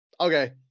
Okay